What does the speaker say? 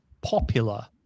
popular